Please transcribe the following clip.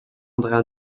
andrea